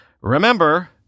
remember